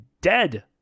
dead